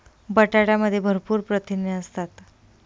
बटाट्यामध्ये भरपूर प्रथिने असतात